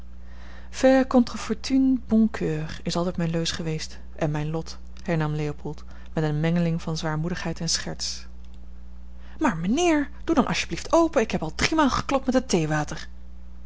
contre fortune bon coeur is altijd mijne leus geweest en mijn lot hernam leopold met eene mengeling van zwaarmoedigheid en scherts maar mijnheer doe dan asjeblieft open ik heb al driemaal geklopt met het theewater